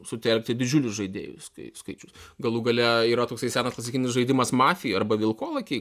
sutelkti didžiulius žaidėjų skai skaičius galų gale yra toksai senas klasikinis žaidimas mafija arba vilkolakiai